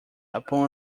upon